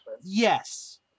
Yes